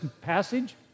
passage